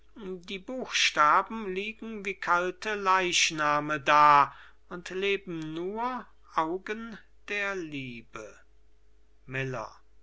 die buchstaben liegen wie kalte leichname da und leben nur dem auge der liebe miller